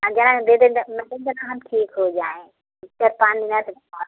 हम ठीक हो जाएँ चार पाँच दिना से बुखार चढ़ा है